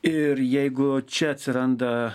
ir jeigu čia atsiranda